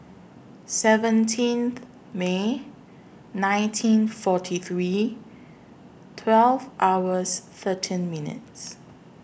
seventeenth May nineteen forty three twelve hours thirteen minutes